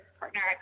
partner